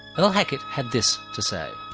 earle hackett had this to say.